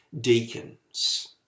deacons